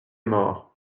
morts